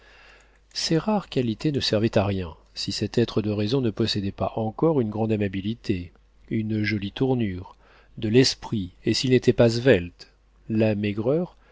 ces rares qualités ne servaient à rien si cet être de raison ne possédait pas encore une grande amabilité une jolie tournure de l'esprit et s'il n'était pas svelte la maigreur